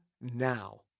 now